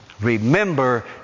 Remember